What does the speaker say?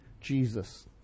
Jesus